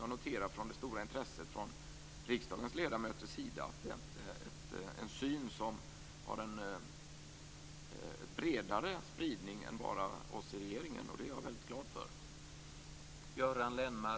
Jag noterar, av det stora intresset från riksdagens ledamöter, att det är en syn som har en bredare spridning än bara till oss i regeringen. Och det är jag väldigt glad för.